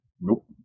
Nope